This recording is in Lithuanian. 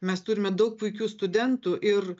mes turime daug puikių studentų ir